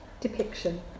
depiction